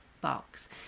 box